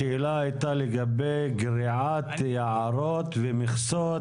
השאלה הייתה לגבי גריעת יערות ומכסות.